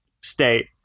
state